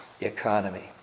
economy